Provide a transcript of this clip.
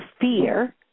fear